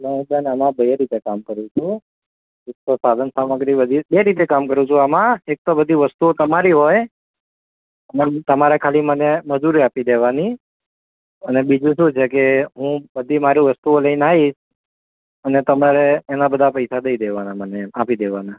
એટલે બેન આમાં બે રીતે કામ કરું છું એક તો સાધનસામગ્રી બધી બે રીતે કામ કરું છું આમાં એક તો બધી વસ્તુઓ તમારી હોય ને તમારે ખાલી મને મજૂરી આપી દેવાની અને બીજું શું છે કે હું બધી મારી વસ્તુઓ લઇને આવીશ અને તમારે એના બધા પૈસા દઈ દેવાના મને આપી દેવાના